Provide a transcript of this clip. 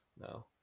No